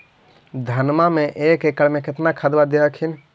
धनमा मे एक एकड़ मे कितना खदबा दे हखिन?